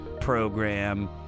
program